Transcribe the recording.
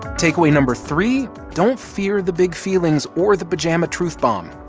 takeaway number three don't fear the big feelings or the pajama truth bomb.